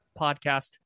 Podcast